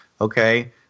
okay